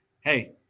hey